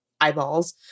Eyeballs